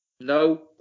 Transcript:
No